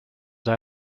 day